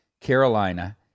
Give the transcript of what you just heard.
Carolina